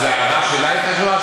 ההערה שלה הייתה חשובה?